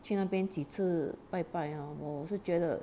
去那边几次拜拜 oh 我是觉得